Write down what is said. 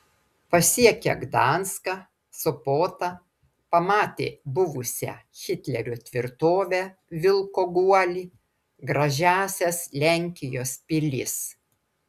pasiekia gdanską sopotą pamatė buvusią hitlerio tvirtovę vilko guolį gražiąsias lenkijos pilis